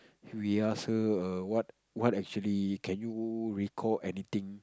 we ask her err what what actually can you recall anything